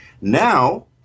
Now